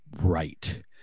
right